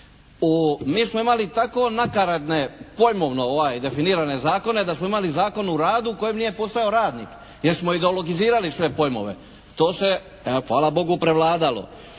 mi smo imali tako nakaradne pojmovno definirane zakone da smo imali Zakon o radu u kojem nije postojao radnik jer smo ideologizirali sve pojmove. To se hvala Bogu prevladalo.